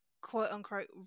quote-unquote